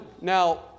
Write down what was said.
Now